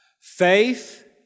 Faith